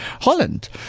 Holland